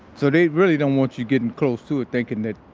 so they really don't want you getting close to it thinking that,